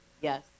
Yes